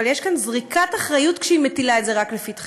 אבל יש כאן זריקת אחריות כשהיא מטילה את זה רק לפתחך.